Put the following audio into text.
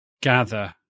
Gather